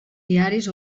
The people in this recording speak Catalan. diaris